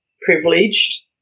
privileged